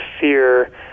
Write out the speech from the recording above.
fear